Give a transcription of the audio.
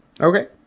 Okay